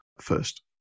first